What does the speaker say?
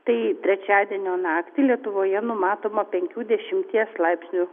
tai trečiadienio naktį lietuvoje numatoma penkių dešimties laipsnių